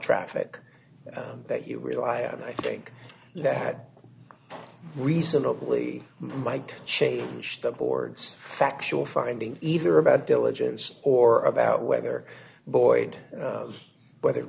traffic that you rely on i think that reasonably might change the board's factual finding either about diligence or about whether boyd whether